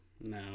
no